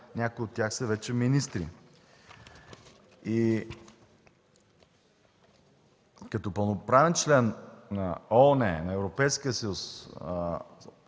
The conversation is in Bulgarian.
които сега са вече министри. Като пълноправен член на ООН, на Европейския